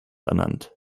ernannt